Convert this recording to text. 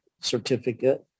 certificate